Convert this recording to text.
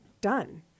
done